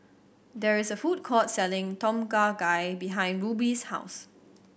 there is a food court selling Tom Kha Gai behind Ruby's house